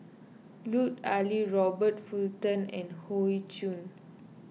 Lut Ali Robert Fullerton and Hoey Choo